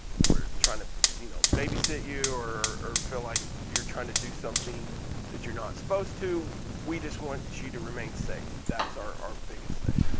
we're trying to you know babysit you or or feel like you're trying to do something that you're not supposed to. we just want you to remain safe, that's our biggest thing.